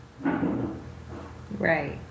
Right